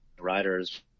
riders